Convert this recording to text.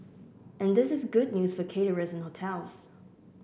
and this is good news for caterers and hotels